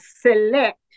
select